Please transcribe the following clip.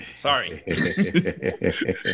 Sorry